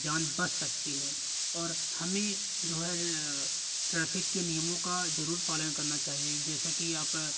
जान बच सकती है और हमें जो है ट्रैफिक के नियमों का जरूर पालन करना चाहिए जैसे कि आप